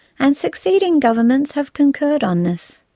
and succeeding governments have concurred on this.